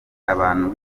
abantu